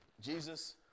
Jesus